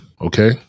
okay